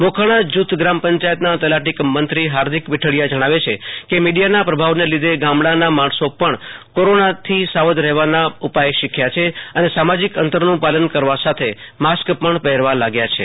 મોખાણા જૂથ ગ્રામ પંચાયતના તલાટી કમ મંત્રી હાર્દિક પીઠડિયા જણાવે છે કે મીડિયાના પ્રભાવને લીધે ગામડાંના માણસો પણ કોરોનાથી સાવધ રહેવાના ઉપાય શીખ્યા છે અને સામાજિક અંતરનું પાલન કરવા સાથે માસ્ક પણ પહેરવા લાગ્યા છે